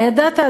הידעת,